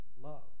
love